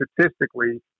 statistically